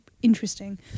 interesting